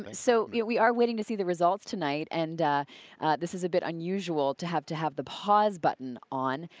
um so yeah we are waiting to see the results tonight and this is a bit unusual to have to have the pause button on.